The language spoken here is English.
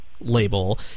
label